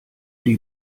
die